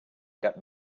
got